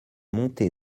monté